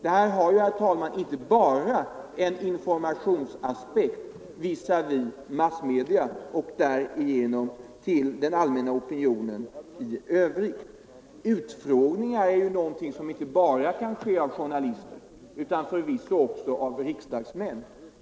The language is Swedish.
Det här har, herr talman, inte bara en informationsaspekt visavi massmedia och därigenom gentemot den allmänna opinionen i övrigt. Utfrågningar är någonting som inte bara kan göras av journalister utan förvisso också av riksdagsmän.